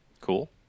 cool